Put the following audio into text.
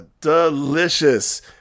delicious